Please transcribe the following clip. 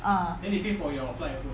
ah